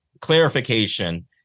clarification